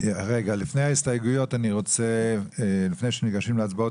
לפני ההסתייגויות ולפני שניגשים להצבעות